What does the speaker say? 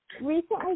recently